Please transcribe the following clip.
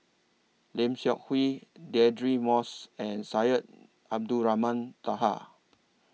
Lim Seok Hui Deirdre Moss and Syed Abdulrahman Taha